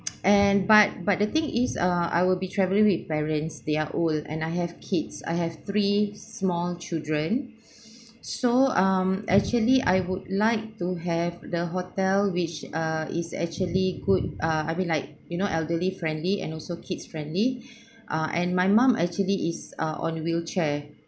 and but but the thing is uh I will be travelling with parents they are old and I have kids I have three small children so um actually I would like to have the hotel which uh is actually good ah I mean like you know elderly friendly and also kids friendly ah and my mum actually is uh on wheelchair